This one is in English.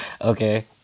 Okay